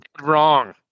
wrong